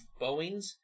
Boeings